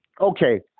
Okay